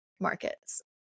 markets